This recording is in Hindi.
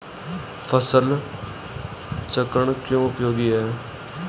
फसल चक्रण क्यों उपयोगी है?